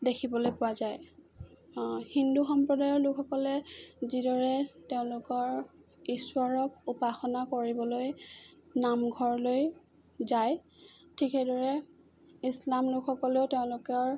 দেখিবলৈ পোৱা যায় হিন্দু সম্প্ৰদায়ৰ লোকসকলে যিদৰে তেওঁলোকৰ ঈশ্বৰক উপাসনা কৰিবলৈ নামঘৰলৈ যায় ঠিক সেইদৰে ইছলাম লোকসকলেও তেওঁলোকৰ